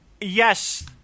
Yes